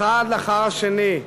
האחד אחר השני.